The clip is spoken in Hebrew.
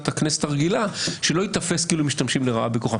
הכנסת הרגילה שלא ייתפס כאילו הם משתמשים לרעה בכוחם.